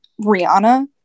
Rihanna